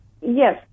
Yes